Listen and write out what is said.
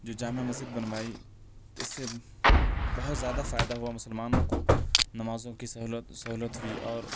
جو جامع مسجد بنوائی تو اِس سے بہت زیادہ فائدہ ہُوا مسلمانوں کو نمازوں کی سہولت سہولت ہوئی اور